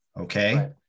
okay